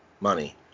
money